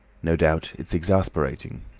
no doubt it's exasperating,